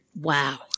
wow